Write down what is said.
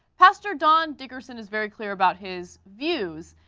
pastor don dickerson is very clear about his views.